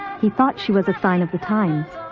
he thought she was a sign of the times.